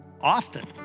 often